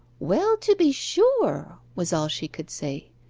well, to be sure was all she could say.